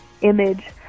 image